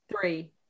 Three